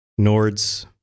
Nords